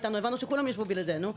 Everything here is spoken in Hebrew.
הבנו שכולם ישבו בלעדינו.